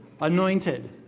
Anointed